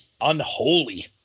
unholy